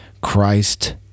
Christ